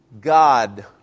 God